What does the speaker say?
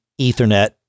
Ethernet